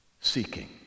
seeking